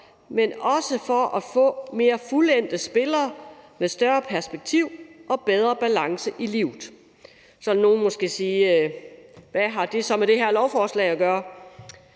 men også for at få mere fuldendte spillere med større perspektiv og bedre balance i livet. Så vil nogle måske sige: Hvad har det så med det her lovforslag at gøre?